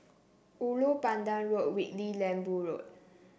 Ulu Pandan Road Whitley Lembu Road